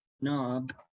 knob